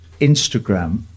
Instagram